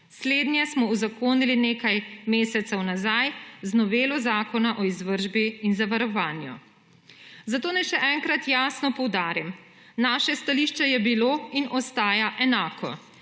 Slednje smo uzakonili nekaj mesecev nazaj z novelo Zakona o izvršbi in zavarovanju. Zato naj še enkrat jasno poudarim, naše stališče je bilo in ostaja enako,